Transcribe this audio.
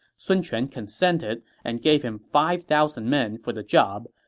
sun quan consented and gave him five thousand men for the job.